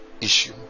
issue